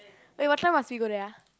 eh what time must we go there ah